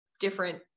different